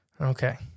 Okay